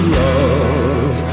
love